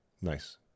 Nice